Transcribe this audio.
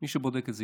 מי שבודק את זה,